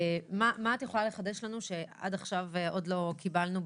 מה את יכולה לחדש לנו שעד עכשיו עוד לא קיבלנו,